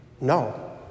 no